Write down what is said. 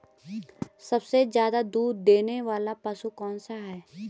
सबसे ज़्यादा दूध देने वाला पशु कौन सा है?